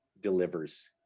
delivers